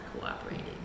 cooperating